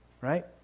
right